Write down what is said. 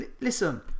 listen